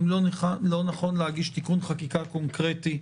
אם לא נכון להגיש תיקון חקיקה קונקרטי.